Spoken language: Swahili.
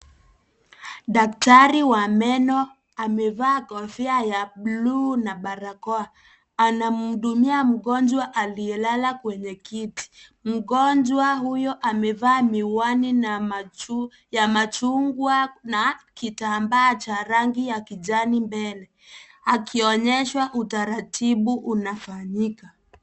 Daktari wa meno amevaa kofia ya bluu na barakoa. Anamhudumia mgonjwa aliyelala kwenye kiti. Mgonjwa huyo amevaa miwani ya machungwa na kitambaa cha rangi ya kijani mbele akionyeshwa utaratibu unafanyika.